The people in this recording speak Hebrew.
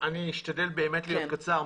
אני אשתדל באמת להיות קצר.